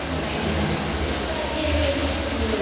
same here. it's like eating skin.